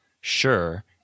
sure